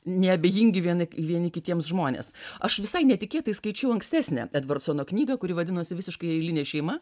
neabejingi vieni vieni kitiems žmonės aš visai netikėtai skaičiau ankstesnę edvardsono knygą kuri vadinosi visiškai eilinė šeima